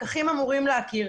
הפקחים אמורים להכיר.